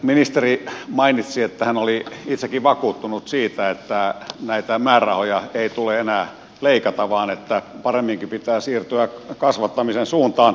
ministeri mainitsi että hän oli itsekin vakuuttunut siitä että näitä määrärahoja ei tule enää leikata vaan että paremminkin pitää siirtyä kasvattamisen suuntaan